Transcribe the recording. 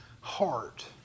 heart